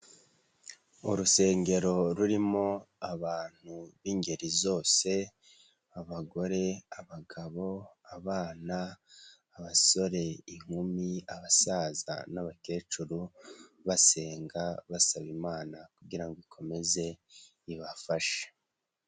Urusengero rurimo abantu b'ingeri zose, abagore, abagabo, abana, abasore, inkumi, abasaza n'abakecuru, basenga basaba Imana kugira ngo ikomeze ibafashe.